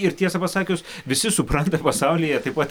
ir tiesą pasakius visi supranta pasaulyje taip pat